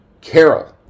carol